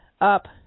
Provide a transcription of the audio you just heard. up